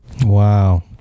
Wow